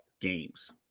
games